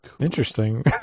Interesting